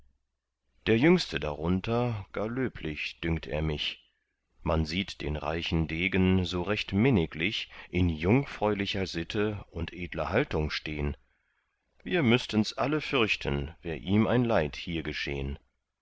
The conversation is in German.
der jüngste darunter gar löblich dünkt er mich man sieht den reichen degen so recht minniglich in jungfräulicher sitte und edler haltung stehn wir müßtens alle fürchten wär ihm ein leid hier geschehn